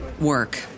work